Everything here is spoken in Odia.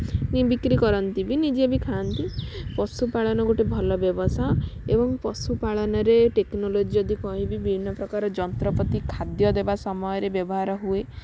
ନେଇ ବିକ୍ରି କରନ୍ତି ବି ନିଜେ ବି ଖାଆନ୍ତି ପଶୁପାଳନ ଗୋଟେ ଭଲ ବ୍ୟବସାୟ ଏବଂ ପଶୁପାଳନରେ ଟେକ୍ନୋଲୋଜି ଯଦି କହିବି ବିଭିନ୍ନ ପ୍ରକାର ଯନ୍ତ୍ରପାତି ଖାଦ୍ୟ ଦେବା ସମୟରେ ବ୍ୟବହାର ହୁଏ